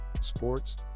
sports